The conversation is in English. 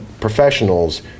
professionals